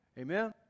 Amen